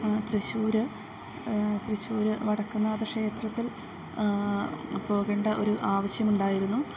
തൃശ്ശൂര് തൃശ്ശൂര് വടക്കുന്നാഥ ക്ഷേത്രത്തിൽ പോകേണ്ട ഒരു ആവശ്യമുണ്ടായിരുന്നു